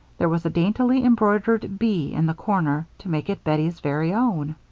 there was a daintily embroidered b in the corner to make it bettie's very own.